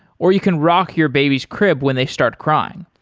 or you can rock your baby's crib when they start crying.